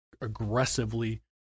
aggressively